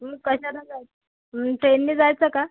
कशानं जायचं ट्रेननी जायचं का